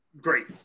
great